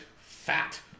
fat